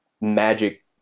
magic